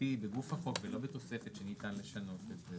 המהותי בגוף החוק ולא בתוספת שניתן לשנות אותה.